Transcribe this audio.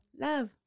Love